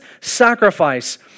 sacrifice